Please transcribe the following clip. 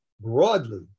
broadly